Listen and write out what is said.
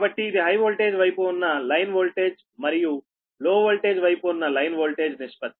కాబట్టి ఇది high voltage వైపు ఉన్న లైన్ ఓల్టేజ్ మరియు లో ఓల్టేజ్ వైపు ఉన్నలైన్ ఓల్టేజ్ నిష్పత్తి